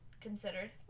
considered